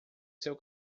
seu